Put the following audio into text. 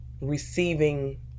receiving